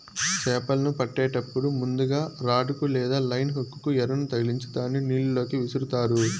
చాపలను పట్టేటప్పుడు ముందుగ రాడ్ కు లేదా లైన్ హుక్ కు ఎరను తగిలిచ్చి దానిని నీళ్ళ లోకి విసురుతారు